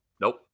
Nope